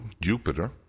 Jupiter